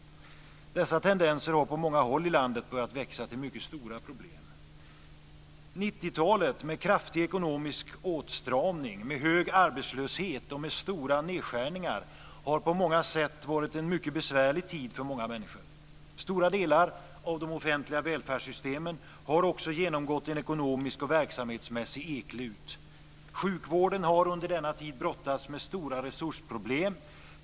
Dessa tendenser har på många håll i landet börjat växa till mycket stora problem. 90-talet - med kraftig ekonomisk åtstramning, med hög arbetslöshet och med stora nedskärningar - har på många sätt varit en mycket besvärlig tid för många människor. Stora delar av de offentliga välfärdssystemen har också genomgått en ekonomisk och verksamhetsmässig eklut. Sjukvården har under denna tid brottats med stora resursproblem.